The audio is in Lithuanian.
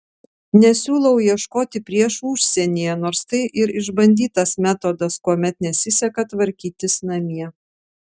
nesiūlau ieškoti priešų užsienyje nors tai ir išbandytas metodas kuomet nesiseka tvarkytis namie